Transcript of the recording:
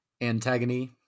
Antagony